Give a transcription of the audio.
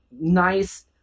nice